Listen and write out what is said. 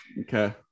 Okay